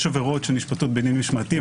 יש עבירות שנשפטות בדין משמעתי.